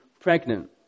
pregnant